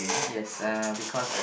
yes uh because